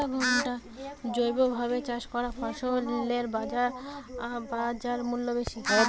জৈবভাবে চাষ করা ফসলের বাজারমূল্য বেশি